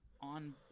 on